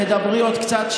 תדברי עוד קצת,